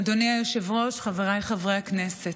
אדוני היושב-ראש, חבריי חברי הכנסת,